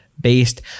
based